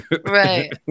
Right